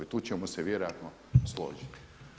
Tu ćemo se vjerojatno složiti.